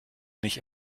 nicht